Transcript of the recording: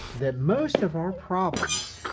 that most of our problems.